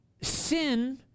Sin